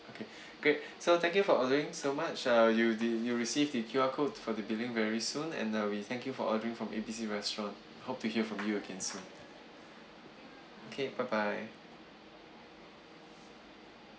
okay great so thank you for ordering so much uh you did you'll receive the Q_R code for the billing very soon and uh we thank you for ordering from A B C restaurant hope to hear from you again soon okay bye bye